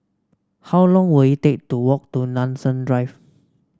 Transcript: how long will it take to walk to Nanson Drive